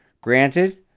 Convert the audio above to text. Granted